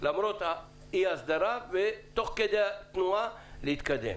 למרות אי ההסדרה, ותוך כדי תנועה להתקדם.